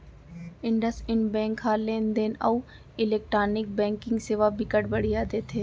IndusInd bank ह लेन देन अउ इलेक्टानिक बैंकिंग सेवा बिकट बड़िहा देथे